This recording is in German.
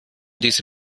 diese